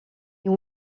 you